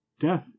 death